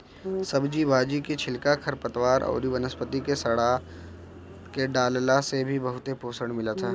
सब्जी भाजी के छिलका, खरपतवार अउरी वनस्पति के सड़आ के डालला से भी बहुते पोषण मिलत ह